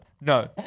no